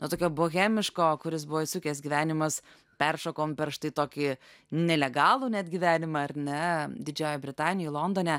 nu tokio bohemiško kuris buvo įsukęs gyvenimas peršokom per štai tokį nelegalų net gyvenimą ar ne didžiojoj britanijoj londone